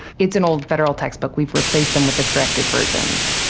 it's an old federal textbook we've replaced them with the corrected versions.